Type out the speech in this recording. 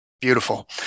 beautiful